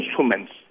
instruments